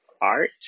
art